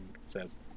says